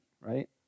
right